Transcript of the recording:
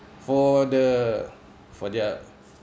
for the for their